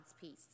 peace